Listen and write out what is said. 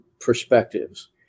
perspectives